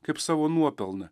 kaip savo nuopelną